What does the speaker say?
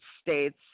States